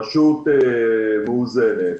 רשות מאוזנת,